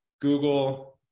Google